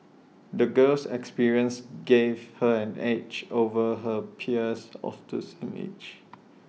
the girl's experiences gave her an edge over her peers of the same age